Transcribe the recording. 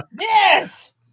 Yes